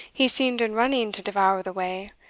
he seemed in running to devour the way,